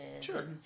Sure